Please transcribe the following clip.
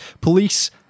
police